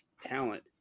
talent